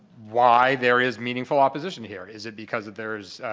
why there is meaningful opposition here. is it because that there's,